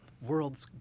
World's